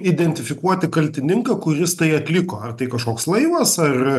identifikuoti kaltininką kuris tai atliko ar tai kažkoks laivas ar